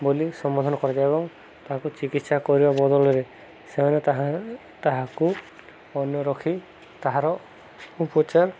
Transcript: ବୋଲି ସମାଧାନ କରାଯାଏ ଏବଂ ତାହାକୁ ଚିକିତ୍ସା କରିବା ବଦଳରେ ସେମାନେ ତାହା ତାହାକୁ ଅନ୍ୟ ରଖି ତାହାର ଉପଚାର